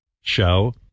show